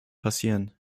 passieren